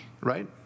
right